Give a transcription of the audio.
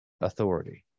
authority